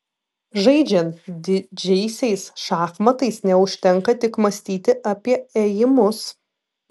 žaidžiant didžiaisiais šachmatais neužtenka tik mąstyti apie ėjimus